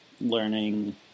learning